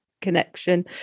connection